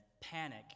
panic